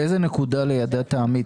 באיזו נקודה ליידע את העמית?